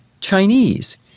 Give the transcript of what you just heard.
Chinese